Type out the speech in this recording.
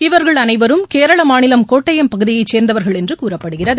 இவர்கள் அனைவரும் கேரள மாநிலம் கோட்டையம் பகுதியைச் சேர்ந்தவர்கள் என்று கூறப்படுகிறது